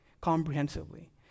comprehensively